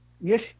Yes